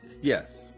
Yes